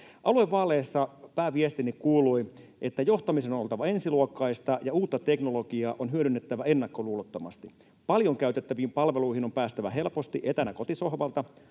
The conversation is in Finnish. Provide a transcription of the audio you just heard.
Aluevaaleissa pääviestini kuului seuraavasti: Johtamisen on oltava ensiluokkaista, ja uutta teknologiaa on hyödynnettävä ennakkoluulottomasti. Paljon käytettäviin palveluihin on päästävä helposti etänä kotisohvalta,